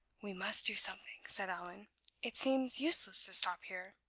we must do something, said allan it seems useless to stop here.